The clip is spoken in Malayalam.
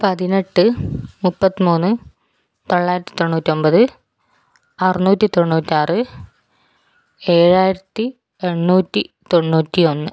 പതിനെട്ട് മുപ്പത്തി മൂന്ന് തൊള്ളായിരത്തി തൊണ്ണൂറ്റി ഒൻപത് അറുന്നൂറ്റി തൊണ്ണൂറ്റാറ് ഏഴായിരത്തി എണ്ണൂറ്റി തൊണ്ണൂറ്റി ഒന്ന്